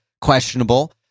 questionable